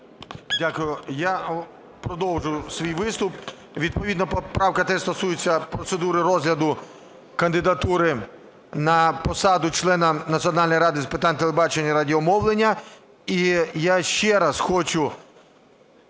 Дякую. Я продовжу свій виступ. Відповідна поправка теж стосується процедури розгляду кандидатури на посаду члена Національної ради з питань телебачення і радіомовлення. І я ще раз хочу